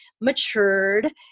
matured